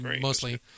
mostly